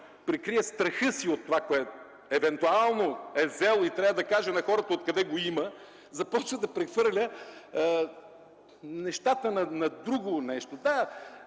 прикрие страха си от това, което евентуално е взел и трябва да каже на хората откъде го има, започва да прехвърля нещата на друго нещо.